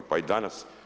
Pa i danas.